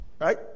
right